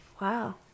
Wow